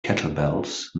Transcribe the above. kettlebells